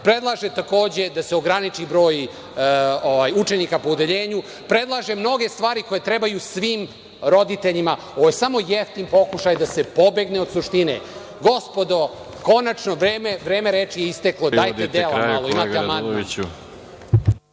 predlaže, takođe, da se ograniči broj učenika po odeljenju, predlaže mnoge stvari koje trebaju svim roditeljima. Ovo je samo jeftin pokušaj da se pobegne od suštine. Gospodo, vreme reči je isteklo. Dajte dela malo,